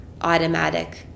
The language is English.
automatic